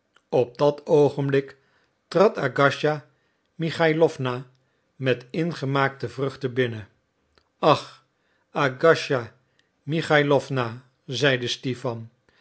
op dat oogenblik trad agasija michailowna met ingemaakte vruchten binnen ach agasija michailowna zeide stipan